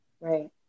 Right